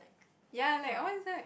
ya like when is that